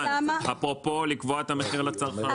אפרופו לקבוע את המחיר לצרכן.